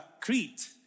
Crete